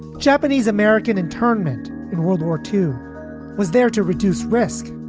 japanese american internment in world war two was there to reduce risk.